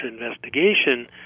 investigation